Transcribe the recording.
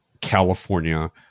California